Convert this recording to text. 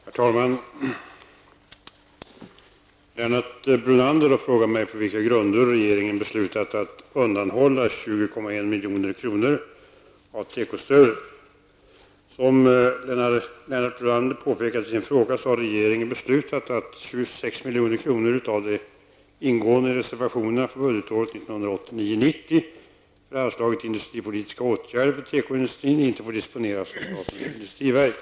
Herr talman! Lennart Brunander har frågat mig på vilka grunder regeringen beslutat att undanhålla Som Lennart Brunander påpekat i sin fråga har regeringen beslutat att 26 milj.kr. av de ingående reservationerna för budgetåret 1989/90 för anslaget industripolitiska åtgärder för tekoindustrin inte får disponeras av statens industriverk.